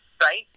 right